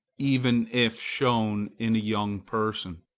even if shown in a young person.